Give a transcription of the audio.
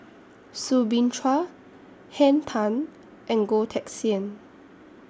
Soo Bin Chua Henn Tan and Goh Teck Sian